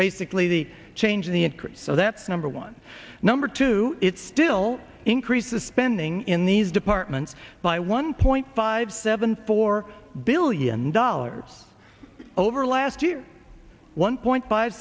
basically the change in the increase so that's number one number two it still increases spending in these departments by one point five seven four billion dollars over last year one point five